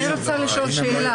אני רוצה לשאול משהו.